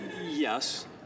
Yes